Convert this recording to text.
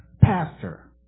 pastor